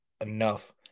enough